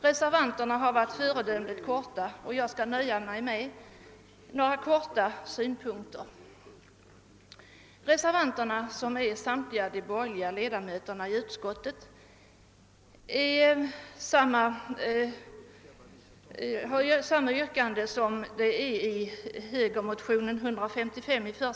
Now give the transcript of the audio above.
Reservanterna har varit föredömligt kortfattade, och jag skall nöja mig med att i korthet framföra några synpunkter.